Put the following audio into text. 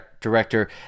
director